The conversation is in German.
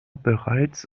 bereits